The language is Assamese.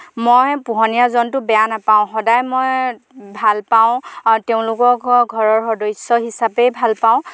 মই পোহনীয়া জন্তু বেয়া নাপাওঁ সদায় মই ভাল পাওঁ তেওঁলোককো ঘৰৰ সদস্য হিচাপেই ভাল পাওঁ